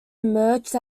emerged